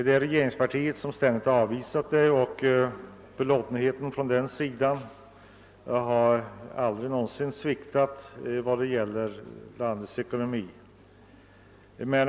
Det är regeringspartiet som ständigt avvisat kravet, och belåtenheten på den sidan har aldrig någonsin sviktat när det gällt landets ekonomi.